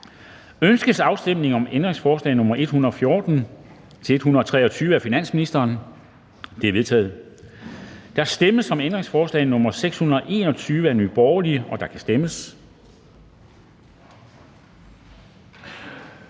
Ønskes afstemning om ændringsforslag nr. 582 af finansministeren? Det er vedtaget. Der stemmes om ændringsforslag nr. 696 af DF, og der kan stemmes.